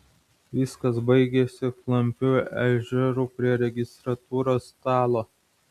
viskas baigėsi klampiu ežeru prie registratūros stalo